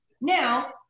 Now